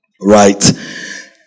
Right